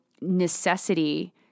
necessity